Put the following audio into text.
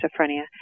schizophrenia